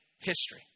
history